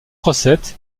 recette